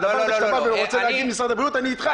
אני אתך.